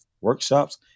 workshops